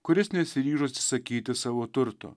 kuris nesiryžo atsisakyti savo turto